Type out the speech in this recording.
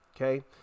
Okay